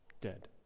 Dead